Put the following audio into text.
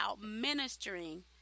ministering